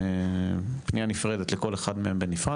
פנייה נפרדת לכל אחד מהם בנפרד,